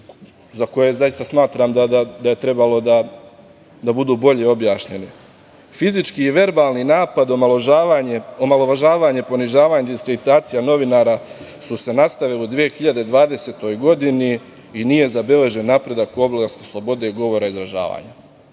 za koje zaista smatram da je trebalo da budu bolje objašnjeni. Fizički i verbalni napad, omalovažavanje, ponižavanje, diskreditacija novinara su se nastavili u 2020. godini i nije zabeležen napredak u oblasti slobode govora i izražavanja.